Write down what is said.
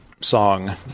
song